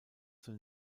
zur